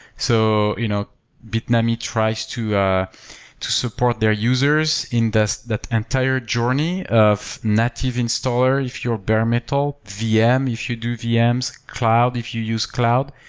so you know bitnami tries to to support their users in that that entire journey of native installer if you're bare metal, vm if you do vms, cloud if you use cloud.